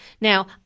Now